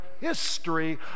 history